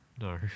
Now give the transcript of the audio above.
No